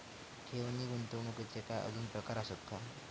ठेव नी गुंतवणूकचे काय आजुन प्रकार आसत काय?